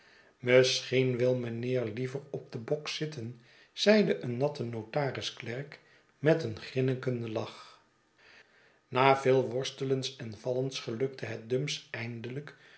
misschien wil meneer liever op den bok zitten zeide een natte notarisklerk met een grinnikenden lach na veel worstelens en vallens gelukte het dumps eindelijk